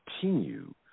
continue